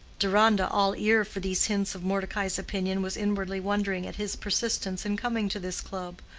deronda, all ear for these hints of mordecai's opinion, was inwardly wondering at his persistence in coming to this club.